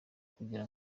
kugira